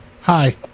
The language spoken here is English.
Hi